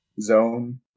zone